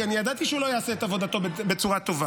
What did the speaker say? כי אני ידעתי שהוא לא יעשה את עבודתו בצורה טובה,